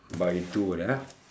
by two ya